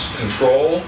control